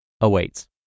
awaits